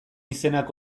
izenak